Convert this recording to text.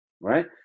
right